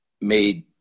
made